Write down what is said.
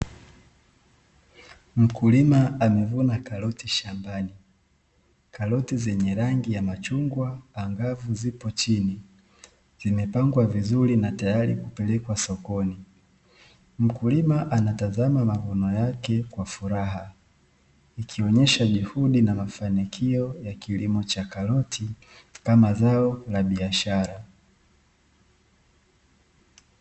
Mkulima amevuna karoti shambani, karoti zenye rangi ya machungwa angavu zipo chini, zimepangwa vizuri na tayari kupelekwa sokoni, mkulima anatazama mavuno yake kwa furaha, ikionyesha juhudi na mafanikio ya kilimo cha karoti kama zao la biashara.